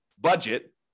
budget